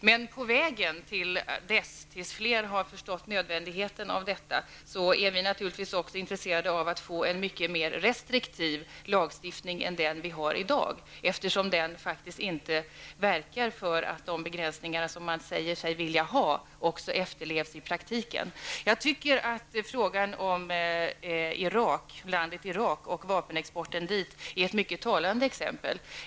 Men i väntan på att fler har förstått nödvändigheten av detta är vi naturligtvis intresserade av att få en mer restriktiv lagstiftning än den vi har i dag, eftersom den faktiskt inte verkar för att de begränsningar som man säger sig vilja ha efterlevs i praktiken. Jag tycker att frågan om landet Irak och vapenexporten dit är ett mycket talande exempel.